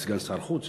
יש סגן שר החוץ,